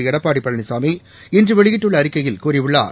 எடப்பாடி பழனிசாமி இன்று வெளியிட்டுள்ள அறிக்கையில் கூறியுள்ளார்